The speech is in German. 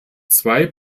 zwei